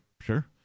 sure